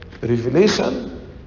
revelation